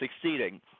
succeeding